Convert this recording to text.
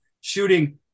shooting